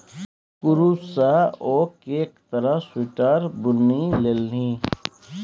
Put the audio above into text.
कुरूश सँ ओ कैक तरहक स्वेटर बुनि लेलनि